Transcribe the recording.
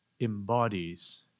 embodies